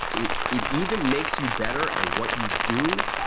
it it even makes you better at what you do.